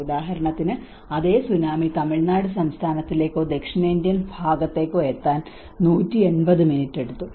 ഉദാഹരണത്തിന് അതേ സുനാമി തമിഴ്നാട് സംസ്ഥാനത്തിലേക്കോ ദക്ഷിണേന്ത്യൻ ഭാഗത്തേക്കോ എത്താൻ 180 മിനിറ്റെടുത്തു